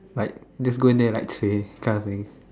like just go in there like train kind of thing